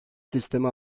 sistemi